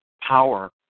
power